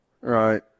Right